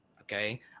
okay